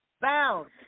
bound